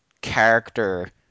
character